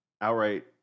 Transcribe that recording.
outright